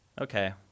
Okay